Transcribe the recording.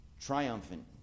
Triumphant